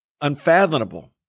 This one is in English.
unfathomable